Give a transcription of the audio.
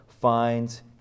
finds